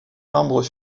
membres